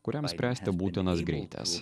kuriam spręsti būtinas greitis